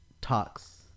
talks